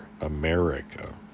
America